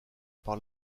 par